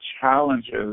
challenges